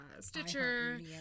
stitcher